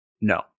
no